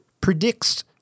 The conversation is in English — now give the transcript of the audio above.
Predicts